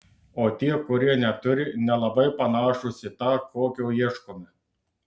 o tie kurie neturi nelabai panašūs į tą kokio ieškome